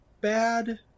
bad